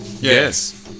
Yes